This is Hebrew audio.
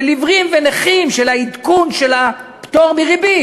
של עיוורים ונכים, של העדכון של הפטור מריבית,